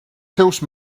seus